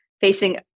facing